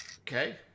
Okay